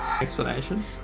Explanation